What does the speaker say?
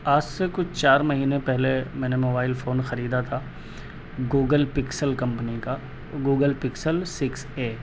آج سے کچھ چار مہینے پہلے میں نے موبائل فون خریدا تھا گوگل پکسل کمپنی کا گوگل پکسل سکس اے